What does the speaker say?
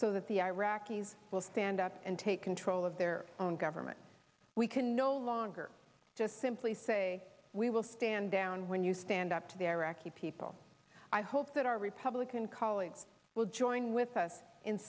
so that the iraqis will stand up and take control of their own government we can no longer just simply say we will stand down when you stand up to the iraqi people i hope that our republican colleagues will join with us in